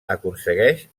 aconsegueix